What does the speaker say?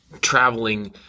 Traveling